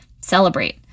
celebrate